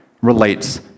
relates